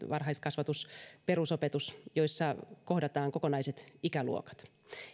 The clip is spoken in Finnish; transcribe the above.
varhaiskasvatus ja perusopetus joissa kohdataan kokonaiset ikäluokat